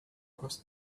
cross